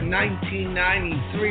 1993